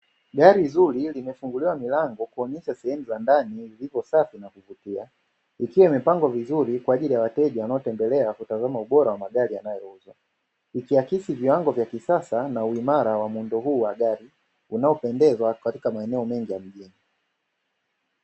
Gari zuri limefunguliwa milango kuonyesha sehemu za ndani zipo safi na kuvutia likiwa limepangwa vizuri kwa ajili ya wateja wanaotembelea kutazama ubora wa magari yanayouzwa, ikiakisi viwango vya kisasa na uimara wa muundo huu wa gari unaopendeza katika maeneo mengi ya mjini.